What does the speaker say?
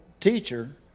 teacher